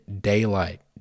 daylight